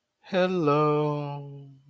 hello